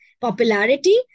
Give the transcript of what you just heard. popularity